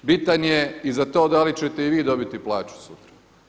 Bitan je i za to da li ćete i vi dobiti plaću sutra.